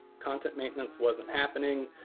content maintenance wasn't happening.